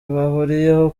bahuriyeho